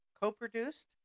Co-produced